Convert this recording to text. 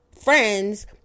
friends